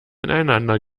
ineinander